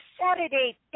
Saturday